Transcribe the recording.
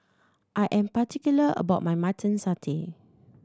I am particular about my Mutton Satay